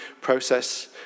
process